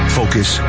focus